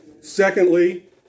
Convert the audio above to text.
Secondly